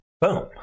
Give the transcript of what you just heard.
Boom